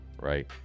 right